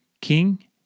King